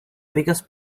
biggest